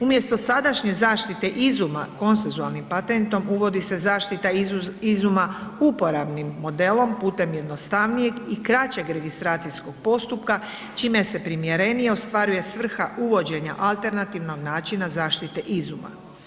Umjesto sadašnje zaštite izuma konsensualni patentom uvodi se zaštita izuma uporabnim modelom putem jednostavnijeg i kraćeg registracijskog postupka čime se primjerenije ostvaruje svrha uvođenja alternativnog načina zaštite izuma.